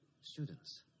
students